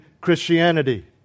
Christianity